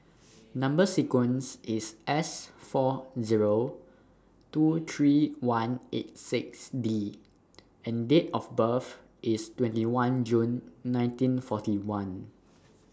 Number sequence IS S four Zero two three one eight six D and Date of birth IS twenty one June nineteen forty one